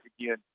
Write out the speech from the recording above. again